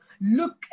look